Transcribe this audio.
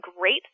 great